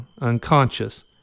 unconscious